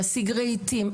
להשיג רהיטים,